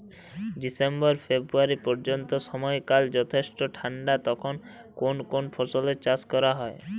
December February পর্যন্ত সময়কাল যথেষ্ট ঠান্ডা তখন কোন কোন ফসলের চাষ করা হয়?